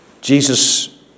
Jesus